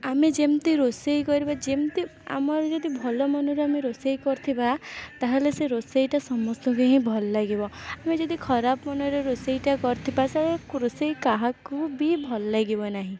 ଆମେ ଯେମିତି ରୋଷେଇ କରିବା ଯେମତି ଆମର ଯଦି ଭଲ ମନରେ ଆମେ ରୋଷେଇ କରିଥିବା ତାହେଲେ ସେ ରୋଷେଇଟା ସମସ୍ତଙ୍କୁ ହିଁ ଭଲ ଲାଗିବ ଆମେ ଯଦି ଖରାପ ମନରେ ରୋଷେଇଟା କରିଥିବା ସେ ରୋଷେଇ କାହାକୁ ବି ଭଲ ଲାଗିବ ନାହିଁ